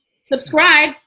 Subscribe